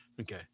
Okay